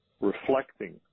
reflecting